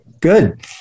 Good